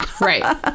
Right